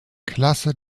klasse